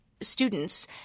students